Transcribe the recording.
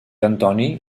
antoni